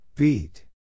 Beat